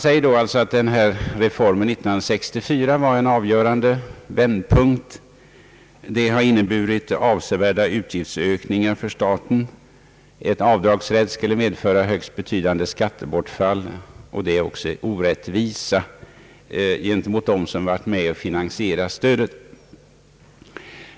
Utskottsmajoriteten anför att reformen år 1964 var en avgörande vändpunkt. Reformen har inneburit, säger utskottet, avsevärda utgiftsökningar för staten. En avdragsrätt skulle medföra högst betydande skattebortfall, och en sådan rätt skulle också innebära en orättvisa gentemot dem som finansierat stödet.